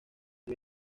muy